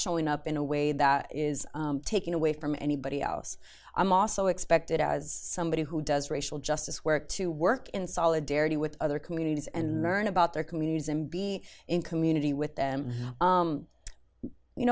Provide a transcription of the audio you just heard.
showing up in a way that is taking away from anybody else i'm also expected as somebody who does racial justice work to work in solidarity with other communities and learn about their communities and be in community with them